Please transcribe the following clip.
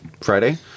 Friday